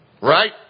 Right